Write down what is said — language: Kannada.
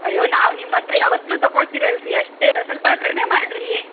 ಅಯ್ಯೋ ನಾವು ನಿಮ್ಮ ಹತ್ರ ಯಾವತ್ತೂ ತಗೊಳ್ತೀರಲ್ರಿ ಅಷ್ಟೇ ಸ್ವಲ್ಪ ಕಡಿಮೆ ಮಾಡಿರಿ